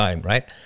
right